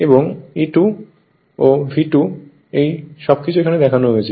এবং E₂ এবং V2 এই সবকিছু এখানে দেখানো হয়েছে